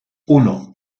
uno